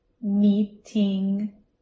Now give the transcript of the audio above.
meeting